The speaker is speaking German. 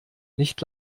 nicht